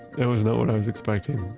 it was not what i was expecting.